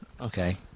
Okay